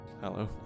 Hello